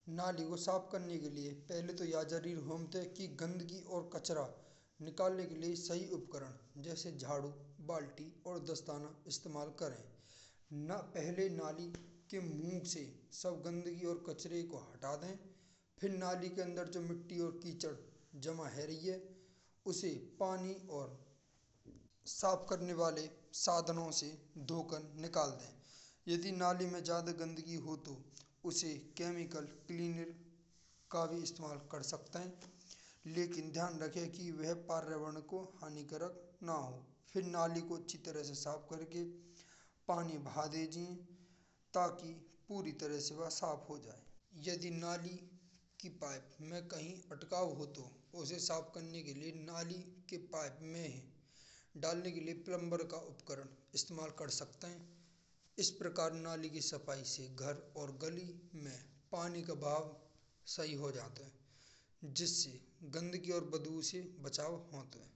नाली को साफ करने के लिए पहिले तो याद जरूर होत है। की गंदी और कचरा निकालने के लिए सही उपकरण। जैसा झाड़ू बाल्टी और दस्ताना इस्तेमाल करें। पहिले नाली के मुंह से सब गंदगी और कचरे को हटा दें। फिर नाली के अंदर जो मिट्टी और कीचड़ जमा है रही है। उसी पानी और साफ करने वाले साधनों से धोकर निकाल दें। यदि नाली में ज्यादा गंदगी हो तो केमिकल क्लीनर का उपयोग करना भी उचित है। लेकिन ध्यान रखें कि वह पर्यावरण को हानिकारक न हो फिर नाली को अच्छे तरह से साफ करके पानी भरे। ताकि पूरी तरह से साफ हो जाए यदि नाली की पाइप में कहीं भटकाव हो तो है। साफ करने के लिए नाली के पास का उपयोग करने के लिए प्लंबर का उपकरण इस्तेमाल कर सकते हैं। इस प्रकार नाली की सफाई से घर और गली में पानी का भाव सही हो जाता है। जिससे गंदगी और बदबू से बचाव होता है।